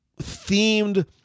themed